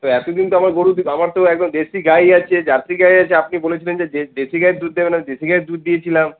কই এতদিন তো আমার গরুর দুধ আমার তো এখন দেশি গাই আছে জার্সি গাই আছে আপনি বলেছিলেন যে দেশি গাইয়ের দুধ দেবেন আমি দেশি গাইয়ের দুধ দিয়েছিলাম